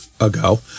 ago